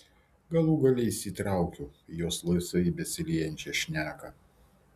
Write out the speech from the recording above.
galų gale įsitraukiau į jos laisvai besiliejančią šneką